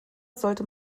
sollte